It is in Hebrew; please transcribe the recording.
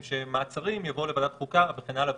לגבי מעצרים יבואו לוועדת החוקה וכן הלאה,